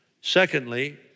Secondly